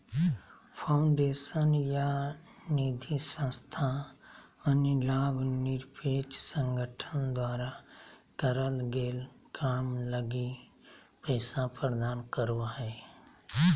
foundation या निधिसंस्था अन्य लाभ निरपेक्ष संगठन द्वारा करल गेल काम लगी पैसा प्रदान करो हय